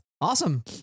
Awesome